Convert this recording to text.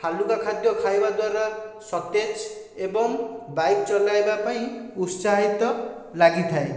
ହାଲୁକା ଖାଦ୍ୟ ଖାଇବା ଦ୍ୱାରା ସତେଜ ଏବଂ ବାଇକ୍ ଚଲାଇବା ପାଇଁ ଉତ୍ସାହିତ ଲାଗିଥାଏ